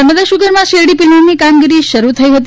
નર્મદા સુગરમાં શેરડી પીલાણની કામગીરી શરૂ થઇ હતી